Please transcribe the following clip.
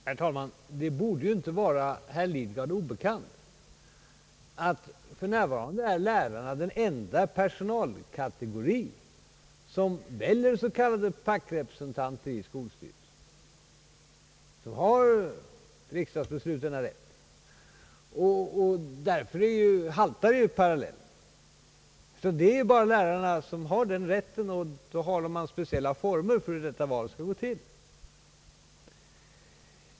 Herr talman! Det borde inte vara herr Lidgard obekant att för närvarande är lärarna den enda personalkategori som väljer s.k. fackrepresentanter i skolstyrelsen. Så har riksdagen beslutat. Därför haltar parallellen. Det är bara lärarna som har den rätten och då har man speciella former för hur detta val skall gå till.